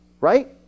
right